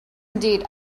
indeed